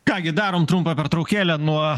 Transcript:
ką gi darom trumpą pertraukėlę nuo